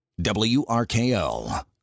WRKL